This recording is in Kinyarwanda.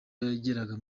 yageraga